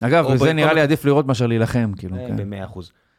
אגב, וזה נראה לי עדיף לראות מאשר להילחם, כאילו, כן. במאה אחוז.